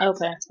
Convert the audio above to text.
Okay